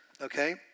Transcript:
okay